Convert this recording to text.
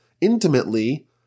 intimately